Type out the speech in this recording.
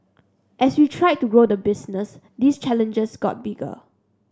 as we tried to grow the business these challenges got bigger